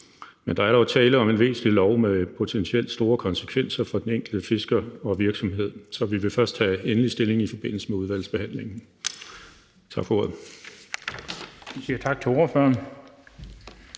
Men der er dog tale om en væsentlig lov med potentielt store konsekvenser for den enkelte fisker og virksomhed, så vi vil først tage endelig stilling i forbindelse med udvalgsbehandlingen. Tak for ordet.